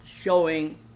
showing